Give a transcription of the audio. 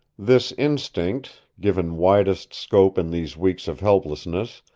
this instinct, given widest scope in these weeks of helplessness,